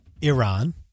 Iran